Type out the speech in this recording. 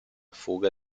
fuga